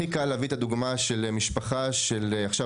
הכי קל להביא את הדוגמה של משפחה שעכשיו